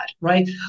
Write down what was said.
right